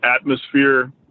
atmosphere